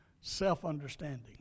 self-understanding